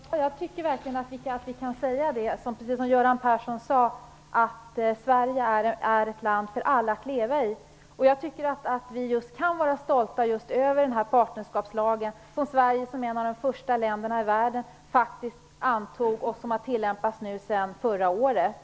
Herr talman! Jag tycker verkligen att vi, precis som Göran Persson sade, kan säga att Sverige är ett land för alla att leva i. Jag tycker att vi kan vara stolta över den partnerskapslag som Sverige som ett av de första länderna i världen antog och som nu har tillämpats sedan förra året.